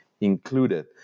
included